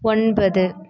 ஒன்பது